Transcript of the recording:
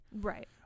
Right